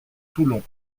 toulon